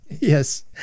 Yes